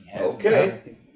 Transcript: Okay